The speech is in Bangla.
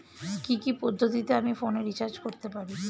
কি কি পদ্ধতিতে আমি ফোনে রিচার্জ করতে পারি?